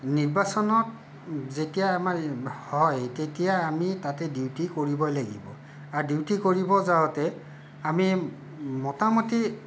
নিৰ্বাচনত যেতিয়া আমাৰ হয় তেতিয়া আমি তাতে ডিউটি কৰিবই লাগিব আৰু ডিউটি কৰিব যাওঁতে আমি মোটামুটি